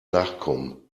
nachkommen